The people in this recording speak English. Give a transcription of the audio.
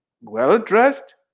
well-dressed